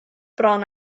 bron